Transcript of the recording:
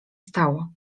stało